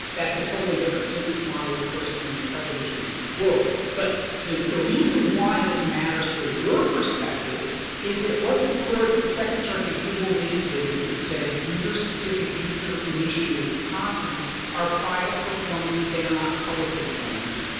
that's a totally different business model, of course, than in the television world. but the the reason why this matters for your perspective is that what the court the second circuit in cablevision did was it said user-specific, user-initiated copies are private performances. they are not public performances.